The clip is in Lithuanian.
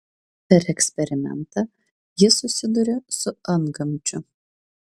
per eksperimentą jis susiduria su antgamčiu